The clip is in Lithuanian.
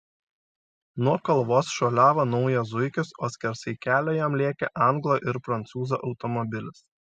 nuo kalvos šuoliavo naujas zuikis o skersai kelio jam lėkė anglo ir prancūzo automobilis